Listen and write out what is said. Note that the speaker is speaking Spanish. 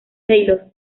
taylor